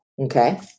okay